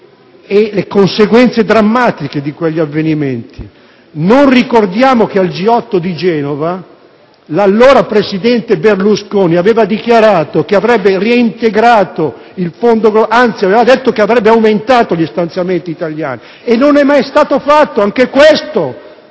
per le conseguenze drammatiche di quegli avvenimenti; non ricordiamo però che al G8 di Genova l'allora presidente Berlusconi aveva dichiarato che avrebbe aumentato gli stanziamenti italiani al fondo globale e che ciò non